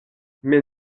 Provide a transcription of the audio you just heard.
mais